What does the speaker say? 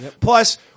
Plus